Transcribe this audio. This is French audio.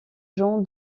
jean